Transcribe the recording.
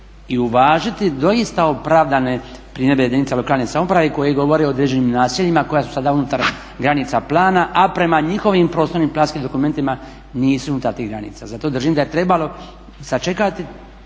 i uvažiti doista opravdane primjedbe jedinica lokalne samouprave koje govore o određenim naseljima koja su sada unutar granica plana, a prema njihovim prostorno-planskim dokumentima nisu unutar tih granica. Zato držim da je trebalo sačekati,